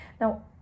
Now